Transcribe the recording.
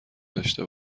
داشته